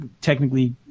technically